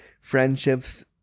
friendships